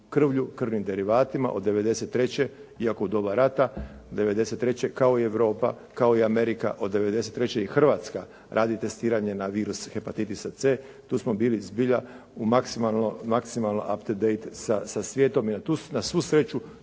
krvlju, krvnim derivatima od '93., iako u doba rata, '93. kao i Europa, kao i Amerika, od '93. i Hrvatska radi testiranje na virus hepatitisa c. Tu smo bili zbilja u maksimalno … /Govornik se ne razumije./ … i na svu sreću,